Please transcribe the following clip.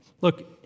Look